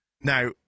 Now